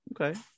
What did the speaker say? Okay